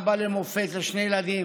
אבא למופת לשני ילדים